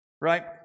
Right